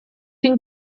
une